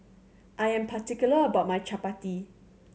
I am particular about my Chapati